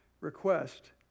request